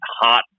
hot